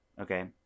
okay